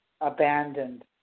abandoned